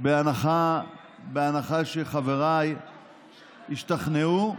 בהנחה שחבריי השתכנעו,